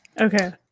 okay